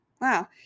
Wow